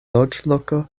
loĝloko